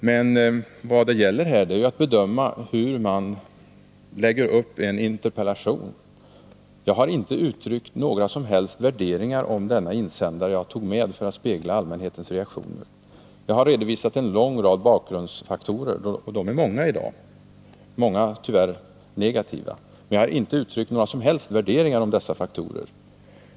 Men vad det gäller här är att bedöma hur man lägger upp en interpellation. Jag har inte uttryckt några som helst värderingar i fråga om denna insändare, utan jag tog med den för att spegla allmänhetens reaktioner. Jag har redovisat en lång rad bakgrundsfaktorer — de är många i dag, och åtskilliga är tyvärr negativa — men jag harinte uttryckt några som helst värderingar när det gäller dessa faktorer.